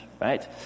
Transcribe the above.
Right